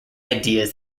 ideas